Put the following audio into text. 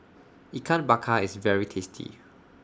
Ikan Bakar IS very tasty